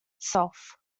itself